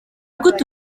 gute